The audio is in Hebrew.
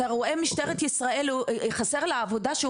אתה רואה משטרת ישראל חסר לה עבודה שהיא